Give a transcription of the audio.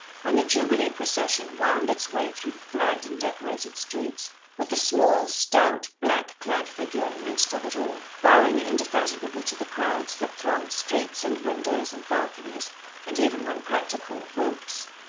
when the jubilee procession wound its way through the flagged and decorated streets, with the small, stout, black-clad figure in the midst of it all, bowing indefatigably to the crowds that thronged streets and windows and balconies and even, when practical roofs.